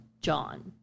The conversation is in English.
John